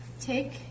take